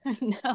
no